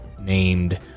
named